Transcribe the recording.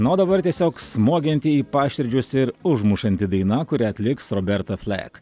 nu o dabar tiesiog smogianti į paširdžius ir užmušanti daina kurią atliks roberta flek